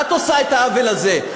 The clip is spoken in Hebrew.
את עושה את העוול הזה.